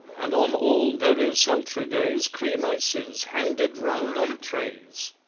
and on all very sultry days cream ices handed round on trays.